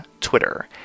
Twitter